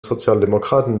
sozialdemokraten